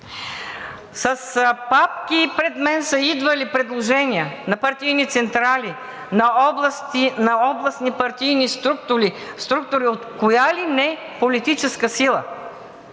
С папки пред мен са идвали предложения на партийни централи, на областни партийни структури от коя ли не политическа сила.